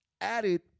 added